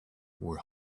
were